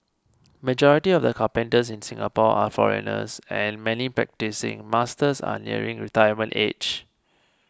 majority of the carpenters in Singapore are foreigners and many practising masters are nearing retirement age